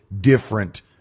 different